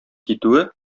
китүе